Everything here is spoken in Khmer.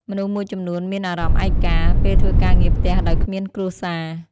មនុស្សមួយចំំនួនមានអារម្មណ៍ឯកា ពេលធ្វើការងារផ្ទះដោយគ្មានគ្រួសារ។